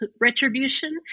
retribution